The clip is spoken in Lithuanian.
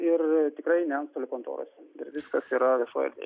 ir tikrai ne antstolių kontorose dar viskas yra viešoj erdvėj